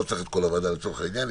לא צריך את כל הוועדה לצורך העניין.